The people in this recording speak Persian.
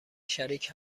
شریک